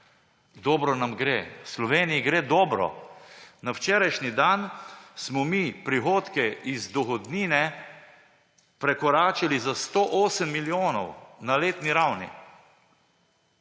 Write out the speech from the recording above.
Dobro nam gre. Sloveniji gre dobro! Na včerajšnji dan smo mi prihodke iz dohodnine prekoračili za 108 milijonov na letni ravni.